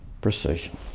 precision